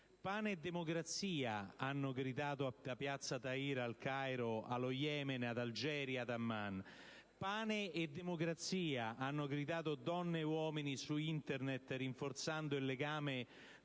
«Pane e democrazia!», hanno gridato da piazza Tahir al Cairo, nello Yemen, ad Algeri, ad Amman; «Pane e democrazia!», hanno gridato donne e uomini su Internet, rinforzando il legame